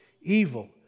evil